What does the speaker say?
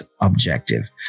objective